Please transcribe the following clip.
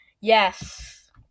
Yes